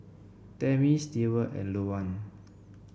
Tammie Steward and Louann